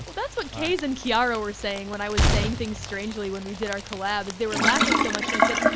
that's what kay's and kiara were saying when i was saying things strangely, when we did our collab is they were laughing so much. and i said,